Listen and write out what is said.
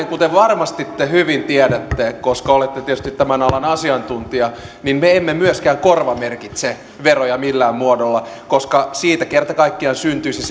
kuten varmasti te hyvin tiedätte koska olette tietysti tämän alan asiantuntija me emme myöskään korvamerkitse veroja millään muodolla koska siitä kerta kaikkiaan syntyisi